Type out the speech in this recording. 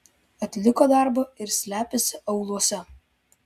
atliko darbą ir slepiasi aūluose